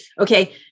okay